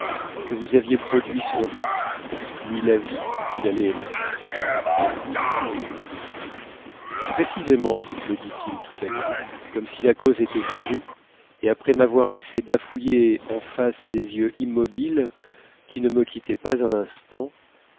que vous aviez produit sur lui ni l'avis qu'il allait émettre précisément me dit-il tout à coup comme si la cause était jugée et après m'avoir laissé bafouiller en face des yeux immobiles qui ne me quittaient pas un instant